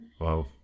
Wow